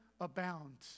abounds